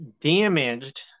damaged